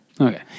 okay